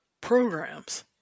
programs